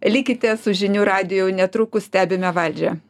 likite su žinių radiju netrukus stebime valdžią